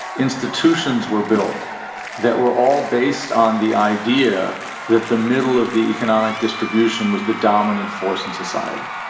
institutions were built that were all based on the idea that the middle of the economic distribution was the dominant force in society.